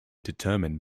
determined